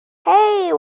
hey